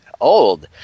old